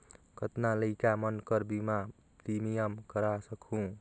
कतना लइका मन कर बीमा प्रीमियम करा सकहुं?